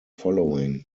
following